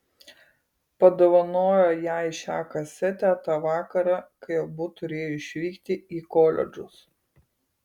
padovanojo jai šią kasetę tą vakarą kai abu turėjo išvykti į koledžus